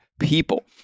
people